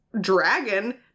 dragon